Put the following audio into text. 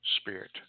Spirit